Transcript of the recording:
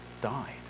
died